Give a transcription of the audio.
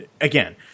again